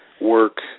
work